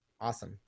awesome